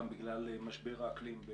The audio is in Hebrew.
גם בגלל משבר האקלים,